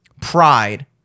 pride